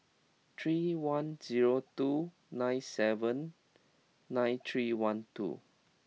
three one zero two nine seven nine three one two